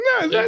No